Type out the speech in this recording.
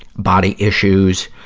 body issues.